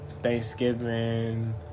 Thanksgiving